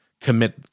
commit